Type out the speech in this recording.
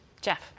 Jeff